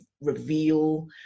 reveal